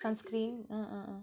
sunscreen ah ah ah